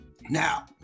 Now